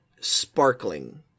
sparkling